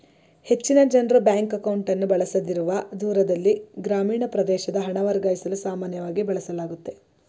ಹೆಚ್ಚಿನ ಜನ್ರು ಬ್ಯಾಂಕ್ ಅಕೌಂಟ್ಅನ್ನು ಬಳಸದಿರುವ ದೂರದಲ್ಲಿ ಗ್ರಾಮೀಣ ಪ್ರದೇಶದ ಹಣ ವರ್ಗಾಯಿಸಲು ಸಾಮಾನ್ಯವಾಗಿ ಬಳಸಲಾಗುತ್ತೆ